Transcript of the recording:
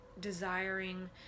desiring